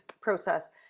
process